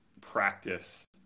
practice